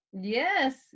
Yes